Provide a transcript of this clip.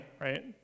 right